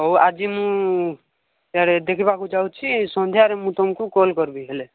ହଉ ଆଜି ମୁଁ ଇଆଡ଼ ଦେଖିବାକୁ ଯାଉଛି ସନ୍ଧ୍ୟାରେ ମୁଁ ତମକୁ କଲ୍ କରିବି ହେଲେ